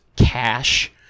Cash